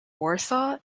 warsaw